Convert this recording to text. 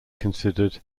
considered